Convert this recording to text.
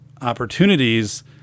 opportunities